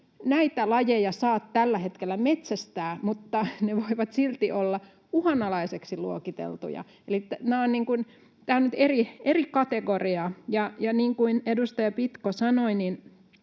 näitä lajeja saa tällä hetkellä metsästää, mutta ne voivat silti olla uhanalaiseksi luokiteltuja. Eli tämä on nyt eri kategoria. Ja niin kuin edustaja Pitko sanoi,